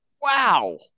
wow